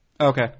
Okay